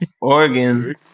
Oregon